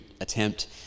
attempt